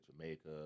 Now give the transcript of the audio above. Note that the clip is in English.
Jamaica